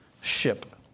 ship